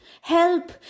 help